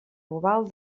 global